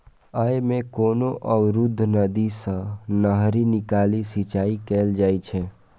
अय मे कोनो अवरुद्ध नदी सं नहरि निकालि सिंचाइ कैल जाइ छै